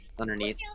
underneath